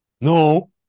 No